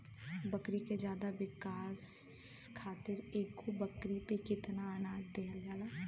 बकरी के ज्यादा विकास खातिर एगो बकरी पे कितना अनाज देहल जाला?